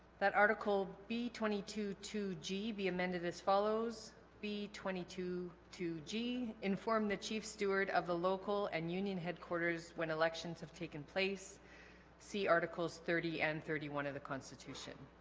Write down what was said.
that article be twenty two to g be amended as follows be twenty two g informed the chief steward of the local and union headquarters when elections have taken place see articles thirty and thirty one of the constitution